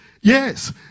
Yes